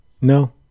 No